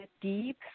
Deep